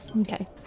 Okay